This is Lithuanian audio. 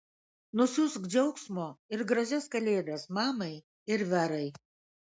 nusiųsk džiaugsmo ir gražias kalėdas mamai ir verai